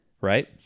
Right